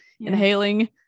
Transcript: inhaling